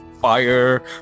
fire